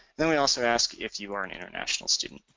then we also ask if you are an international student.